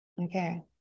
Okay